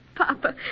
Papa